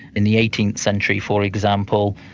in the eighteenth century, for example,